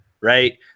right